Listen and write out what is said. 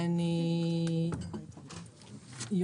אני יוצאת מפה כשאני